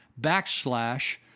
backslash